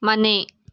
ಮನೆ